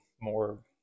more